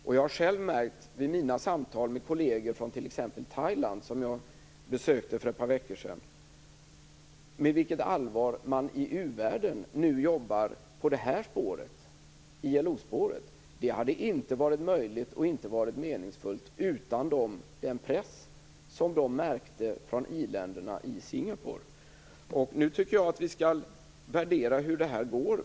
Vid samtal med mina kolleger i t.ex. Thailand, som jag besökte för ett par veckor sedan, lade jag märke till med vilket allvar som man i u-världen nu jobbar på ILO-spåret. Det hade inte varit möjligt och meningsfullt utan den press som u-länderna märkte från i-länderna i Singapore. Jag tycker att det nu skall värderas hur detta går.